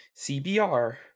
CBR